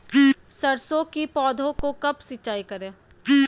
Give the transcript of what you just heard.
सरसों की पौधा को कब सिंचाई करे?